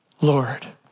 Lord